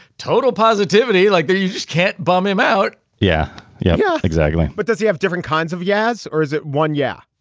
total positivity like you just can't bum him out. yeah. yeah. yeah, exactly. but does he have different kinds of yaz or is it one yeah.